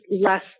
less